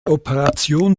operation